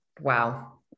wow